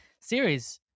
series